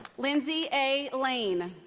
lindsay a lane.